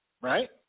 right